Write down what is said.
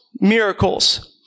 miracles